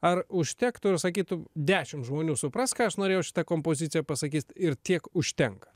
ar užtektų ir sakytum dešimt žmonių supras ką aš norėjau šita kompozicija pasakyt ir tiek užtenka